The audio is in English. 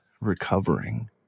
recovering